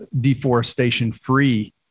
deforestation-free